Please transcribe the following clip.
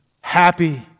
Happy